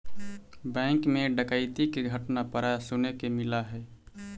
bank मैं डकैती के घटना प्राय सुने के मिलऽ हइ